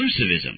exclusivism